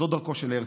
זו דרכו של הרצל.